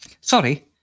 Sorry